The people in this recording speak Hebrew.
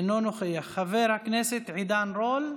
אינו נוכח, חבר הכנסת עידן רול,